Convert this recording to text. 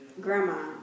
grandma